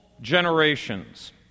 generations